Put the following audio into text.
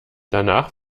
danach